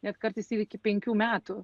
net kartais ir iki penkių metų